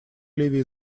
ливия